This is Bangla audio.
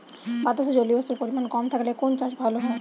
বাতাসে জলীয়বাষ্পের পরিমাণ কম থাকলে কোন চাষ ভালো হয়?